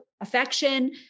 affection